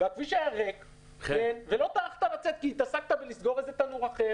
והכביש היה ריק ולא טרחת לצאת כי התעסקת בלסגור איזה תנור אחר